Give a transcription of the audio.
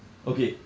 okay